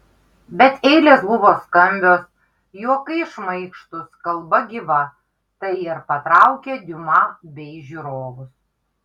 bet eilės buvo skambios juokai šmaikštūs kalba gyva tai ir patraukė diuma bei žiūrovus